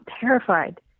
Terrified